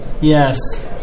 Yes